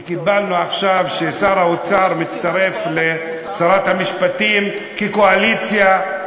וקיבלנו עכשיו ששר האוצר מצטרף לשרת המשפטים כקואליציה,